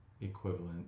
equivalent